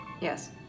yes